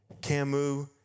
Camus